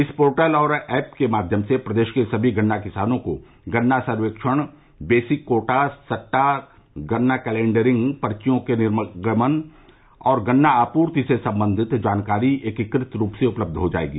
इस पोर्टल और एप के माध्यम से प्रदेश के सभी गन्ना किसानों को गन्ना सर्वेक्षण बेसिक कोटा सट्टा गन्ना कलैडरिंग पर्चियों के निर्गमन और गन्ना आपूर्ति से संबंधित जानकारी एकीकृत रूप से उपलब्ध हो जायेगी